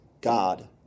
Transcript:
God